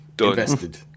Invested